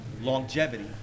longevity